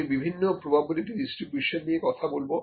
আমি বিভিন্ন probability distribution নিয়ে কথা বলবো